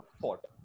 fort